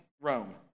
Rome